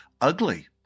ugly